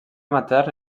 matern